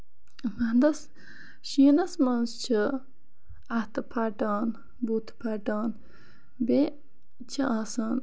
وَندَس شیٖنَس منٛز چھِ اَتھٕ پھٹان بُتھ پھٹان بیٚیہِ چھِ آسان